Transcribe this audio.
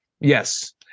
yes